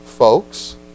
Folks